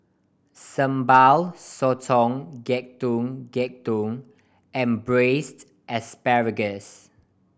Sambal Sotong Getuk Getuk and Braised Asparagus